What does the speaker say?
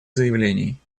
заявлений